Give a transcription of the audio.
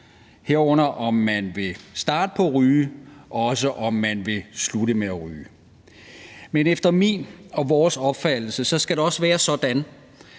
herunder om man vil starte på at ryge, og også om man vil slutte med at ryge, men efter min og vores opfattelse skal det på den anden